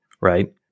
right